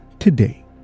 today